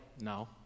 no